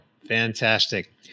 Fantastic